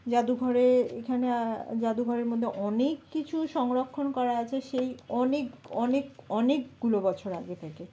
জাদুঘরে এখানে জাদুঘরের মধ্যে অনেক কিছু সংরক্ষণ করা আছে সেই অনেক অনেক অনেকগুলো বছর আগে থাকে